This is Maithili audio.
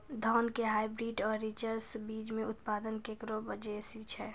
धान के हाईब्रीड और रिसर्च बीज मे उत्पादन केकरो बेसी छै?